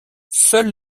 seuls